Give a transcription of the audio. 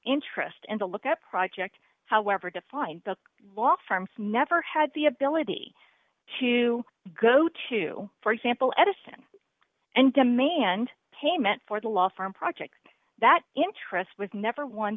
interest and a look at project however defined the law firms never had the ability to go to for example edison and demand payment for the law firm projects that interest was never one